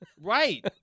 Right